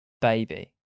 baby